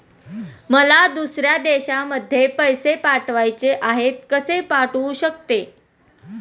मला दुसऱ्या देशामध्ये पैसे पाठवायचे आहेत कसे पाठवू शकते?